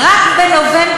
בסם אללה א-רחמאן